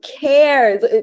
cares